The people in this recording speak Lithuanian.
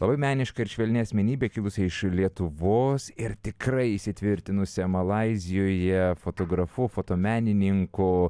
labai meniška ir švelnia asmenybė kilusi iš lietuvos ir tikrai įsitvirtinusią malaizijoje fotografu fotomenininku